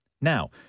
Now